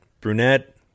brunette